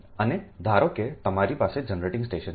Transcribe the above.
અને ધારો કે તમારી પાસે જનરેટિંગ સ્ટેશન છે